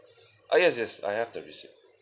ah yes yes I have the receipt